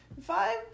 five